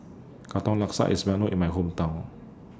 Katong Laksa IS Well known in My Hometown